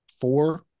four